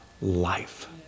life